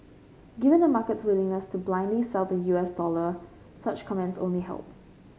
given the market's willingness to blindly sell the U S dollar such comments only help